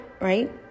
right